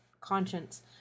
conscience